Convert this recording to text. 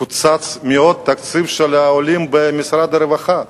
קוצץ מאוד תקציב העולים במשרד הרווחה.